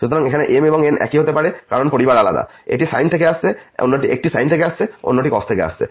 সুতরাং এখানে m এবং n একই হতে পারে কারণ পরিবার আলাদা একটি সাইন থেকে আসছে অন্যটি কোসাইন থেকে আসছে